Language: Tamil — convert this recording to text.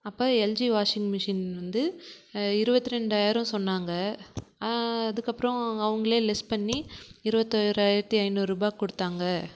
அப்போ எல்ஜி வாஷிங் மிஷின் வந்து இருபத்திரெண்டாயிரம் சொன்னாங்க அதுக்கப்புறம் அவங்களே லெஸ் பண்ணி இருபத்தோராயிரத்தி ஐந்நூறுரூபா கொடுத்தாங்க